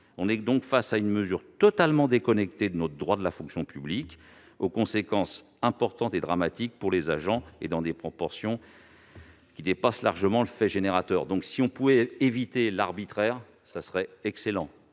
est donc totalement déconnectée de notre droit de la fonction publique. Or ses conséquences sont importantes et dramatiques pour les agents, dans des proportions qui dépassent largement le fait générateur. Si on pouvait éviter l'arbitraire, ce serait excellent